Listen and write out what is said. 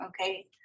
okay